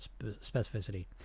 specificity